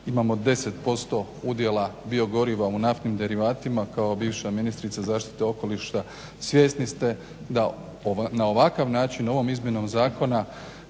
imamo 10% udjela biogoriva u naftnim derivatima kao bivša ministrica zaštite okoliša svjesni ste da na ovakav način ovom izmjenom zakona